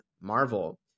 Marvel